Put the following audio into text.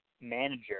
manager –